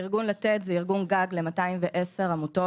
ארגון "לתת" הוא ארגון גג ל-210 עמותות